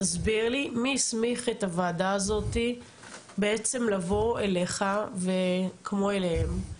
תסביר לי מי הסמיך את הוועדה הזאת בעצם לבוא אליך כמו אליהם.